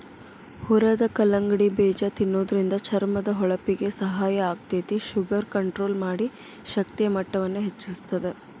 ಹುರದ ಕಲ್ಲಂಗಡಿ ಬೇಜ ತಿನ್ನೋದ್ರಿಂದ ಚರ್ಮದ ಹೊಳಪಿಗೆ ಸಹಾಯ ಆಗ್ತೇತಿ, ಶುಗರ್ ಕಂಟ್ರೋಲ್ ಮಾಡಿ, ಶಕ್ತಿಯ ಮಟ್ಟವನ್ನ ಹೆಚ್ಚಸ್ತದ